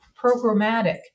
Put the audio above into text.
programmatic